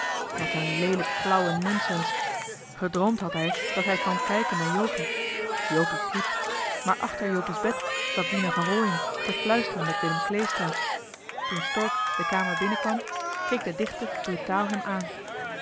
wat een leelijk flauwe nonsens gedroomd had hij dat hij kwam kijken naar jopie jopie sliep maar achter jopie's bed zat dina van rooien te fluisteren met willem kleestra toen stork de kamer binnen kwam keek de dichter brutaal hem aan